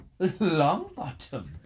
Longbottom